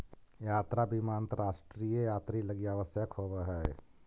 यात्रा बीमा अंतरराष्ट्रीय यात्रि लगी आवश्यक होवऽ हई